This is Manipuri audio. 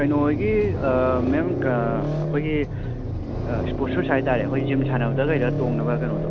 ꯀꯩꯅꯣ ꯍꯣꯏꯒꯤ ꯃꯦꯝ ꯑꯩꯈꯣꯏꯒꯤ ꯁ꯭ꯄꯣꯔꯠ ꯁꯨꯁ ꯍꯥꯏꯇꯥꯔꯦ ꯑꯩꯈꯣꯏ ꯖꯤꯝ ꯁꯥꯟꯅꯕꯗ ꯀꯩꯗ ꯇꯣꯡꯅꯕ ꯀꯩꯅꯣꯗꯣ